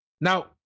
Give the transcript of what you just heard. Now